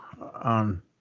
On